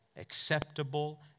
acceptable